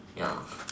ya